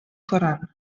voran